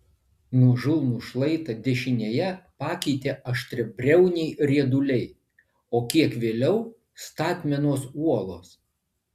nuožulnų šlaitą dešinėje pakeitė aštriabriauniai rieduliai o kiek vėliau statmenos uolos